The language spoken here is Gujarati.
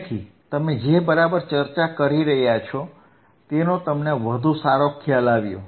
તેથી તમે જે બરાબર ચર્ચા કરી રહ્યા છો તેનો તમને વધુ સારો ખ્યાલ આવ્યો